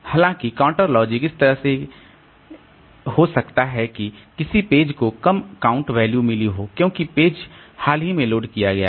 हालाँकि counter logic इस तरह है कि हो सकता है कि किसी पेज को कम काउंट वैल्यू मिली हो क्योंकि पेज हाल ही में लोड किया गया था